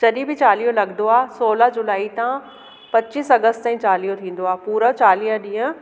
जॾहिं बि चालीहो लॻंदो आहे सोरहं जूलाई तां पच्चीस अगस्त ताईं चालीहो थींदो आहे पूरा चालीह ॾींहं